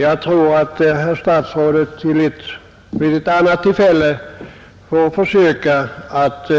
Jag tror att herr statsrådet vid ett annat tillfälle får försöka att